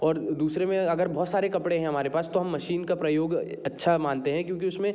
और दूसरे में अगर बहुत सारे कपड़े हैं हमारे पास तो हम मशीन का प्रयोग अच्छा मानते हैं क्योंकि उस में